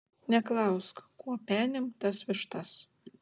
neklausk kuo penim tas vištas